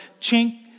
chink